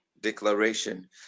declaration